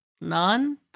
None